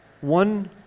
one